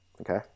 okay